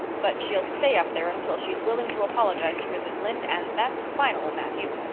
but she'll stay up there until she's willing to apologize to mrs. lynde, and that's final, matthew.